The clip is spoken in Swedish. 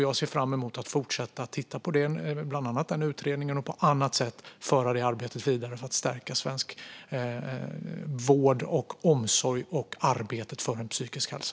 Jag ser fram emot att fortsätta titta på detta, bland annat på denna utredning, och att på annat sätt föra arbetet vidare för att stärka svensk vård och omsorg och arbetet för en psykisk hälsa.